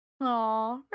Aw